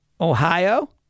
Ohio